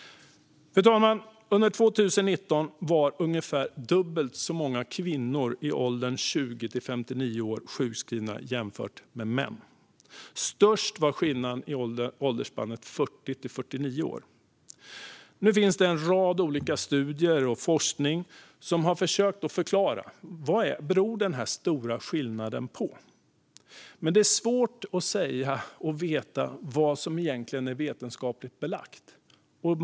Fru talman! Under 2019 var ungefär dubbelt så många kvinnor i åldrarna 20-59 år sjukskrivna jämfört med män. Störst var skillnaden i åldersspannet 40-49 år. Det finns en rad olika studier och forskning som har försökt förklara vad denna stora skillnad beror på. Men det är svårt att veta vad som egentligen är vetenskapligt belagt.